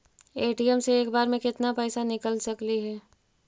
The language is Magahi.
ए.टी.एम से एक बार मे केत्ना पैसा निकल सकली हे?